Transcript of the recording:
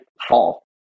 fall